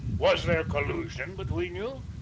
was there collusion between you?